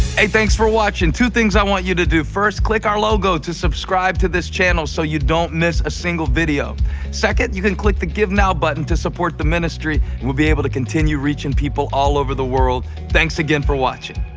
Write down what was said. thanks for watching two things i want you to do first click our logo to subscribe to this channel so you don't miss a single video second you can click the give now button to support the ministry and we'll be able to continue reaching people all over the world thanks again for watching